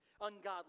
ungodly